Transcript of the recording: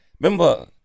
remember